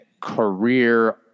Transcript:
career